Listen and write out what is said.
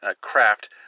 craft